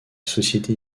société